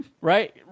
Right